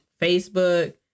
Facebook